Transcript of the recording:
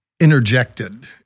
interjected